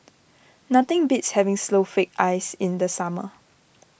nothing beats having Snowflake Ice in the summer